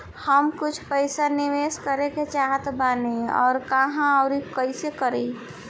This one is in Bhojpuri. हम कुछ पइसा निवेश करे के चाहत बानी और कहाँअउर कइसे करी?